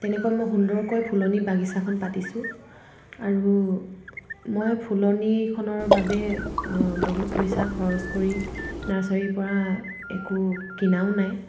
তেনেকৈ মই সুন্দৰকৈ ফুলনি বাগিচাখন পাতিছোঁ আৰু মই ফুলনিখনৰ বাবে বহুত পইচা খৰচ কৰি নাৰ্চাৰীৰ পৰা একো কিনাও নাই